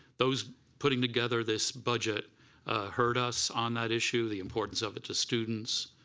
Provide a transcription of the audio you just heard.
those putting together this budget hurt us on that issue. the importance of it to students.